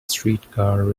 streetcar